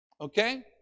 Okay